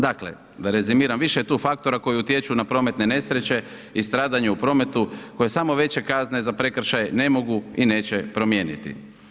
Dakle, da rezimiram, više je tu faktora koji utječu na prometne nesreće i stradanje u prometu koje samo veće kazne za prekršaj ne mogu i neće promijeniti.